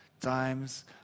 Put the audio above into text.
Times